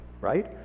right